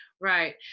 Right